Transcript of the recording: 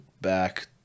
back